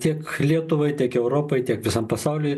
tiek lietuvai tiek europai tiek visam pasauliui